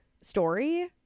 story